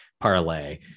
parlay